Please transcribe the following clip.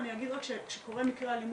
ואני אגיד רק שכשקורה מקרה אלימות